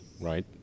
right